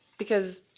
because,